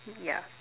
yeah